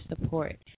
support